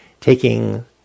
taking